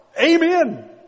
Amen